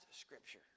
scripture